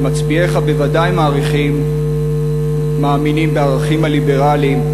שמצביעיך בוודאי מאמינים בערכים הליברליים,